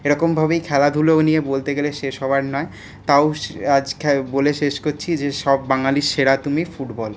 এরকমভাবেই খেলাধুলা নিয়ে বলতে গেলে শেষ হওয়ার নয় তাও শ আজ বলে শেষ করছি যে সব বাঙালির সেরা তুমি ফুটবল